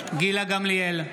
גמליאל,